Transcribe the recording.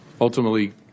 ultimately